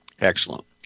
Excellent